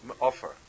offer